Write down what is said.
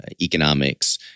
economics